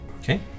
Okay